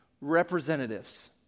representatives